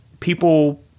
people